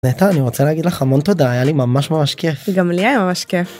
שלום מה נשמע איך אתה מרגיש זה בדיקה של תמלול בעברית